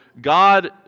God